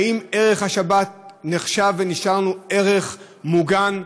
האם ערך השבת נחשב ונשאר לנו ערך מוגן,